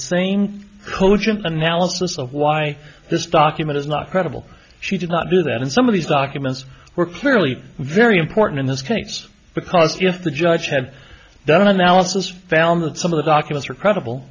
cogent analysis of why this document is not credible she did not do that and some of these documents were clearly very important in this case because if the judge had done an analysis found that some of the documents were credible